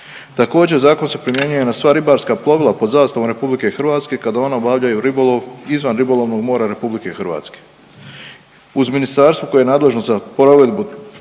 Također, zakon se primjenjuje na sva ribarstva plovila pod zastavom RH kada ona obavljaju ribolov izvan ribolovnog mora RH. Uz ministarstvo koje je nadležno za provedbu